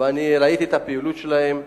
וראיתי את הפעילות שלהם,